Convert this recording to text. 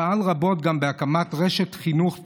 פעל רבות גם בהקמת רשת חינוך תורנית,